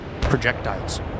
projectiles